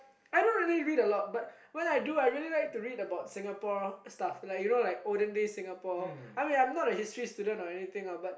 I don't really read a lot but when I do I really like to read about Singapore stuff like you know like olden day Singapore I mean I'm not a history student or anything but